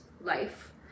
life